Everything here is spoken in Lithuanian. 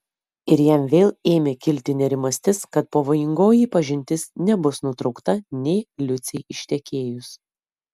ir jam vėl ėmė kilti nerimastis kad pavojingoji pažintis nebus nutraukta nė liucei ištekėjus